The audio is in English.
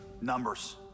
Numbers